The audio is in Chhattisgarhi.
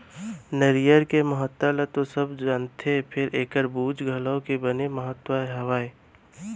नरियर के महत्ता ल तो सबे जानथें फेर एकर बूच घलौ के बने महत्ता हावय